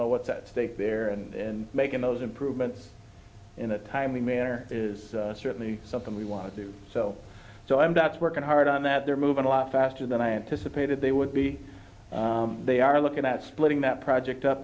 know what's at stake there and making those improvements in a timely manner is certainly something we want to do so so i'm that's working hard on that they're moving a lot faster than i anticipated they would be they are looking at splitting that project up